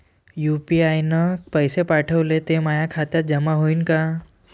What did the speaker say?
UPI न पैसे पाठवले, ते माया खात्यात जमा होईन का?